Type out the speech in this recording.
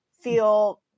feel